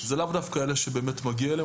זה לאו דווקא אלה שבאמת מגיע להם,